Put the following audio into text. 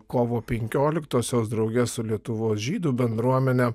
kovo penkioliktosios drauge su lietuvos žydų bendruomene